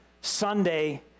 Sunday